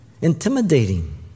intimidating